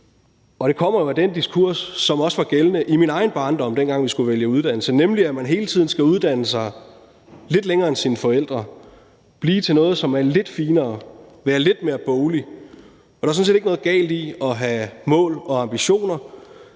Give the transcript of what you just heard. i. Det kommer jo af den diskurs, som også var gældende i min egen barndom, dengang jeg skulle vælge udannelse, nemlig at man hele tiden skal uddanne sig lidt længere end sine forældre og blive til noget, som er lidt finere, og være lidt mere boglig. Og der er sådan set ikke noget galt i at have mål og ambitioner,